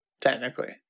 technically